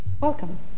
Welcome